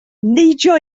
neidio